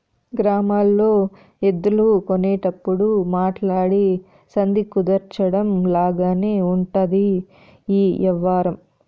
గ్రామాల్లో ఎద్దులు కొనేటప్పుడు మాట్లాడి సంధి కుదర్చడం లాగానే ఉంటది ఈ యవ్వారం